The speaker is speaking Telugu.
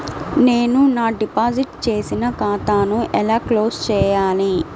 నేను నా డిపాజిట్ చేసిన ఖాతాను ఎలా క్లోజ్ చేయాలి?